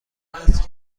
است